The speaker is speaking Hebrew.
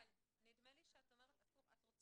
נדמה לי שאת רוצה שיהיו.